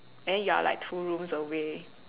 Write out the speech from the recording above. then you are like two rooms away